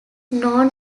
known